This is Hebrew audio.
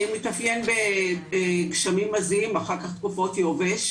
מתאפיין בגשמים עזים, אחר כך תקופות יובש.